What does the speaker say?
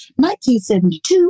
1972